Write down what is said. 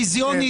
ביום-יום,